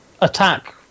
attack